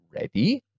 ready